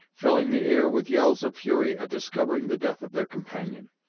filling the air with yells of fury at discovering the death of their companion.